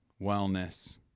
wellness